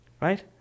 Right